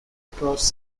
across